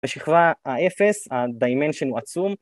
בשכרה האפס, ה-dimension הוא עצום